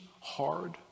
hard